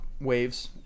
waves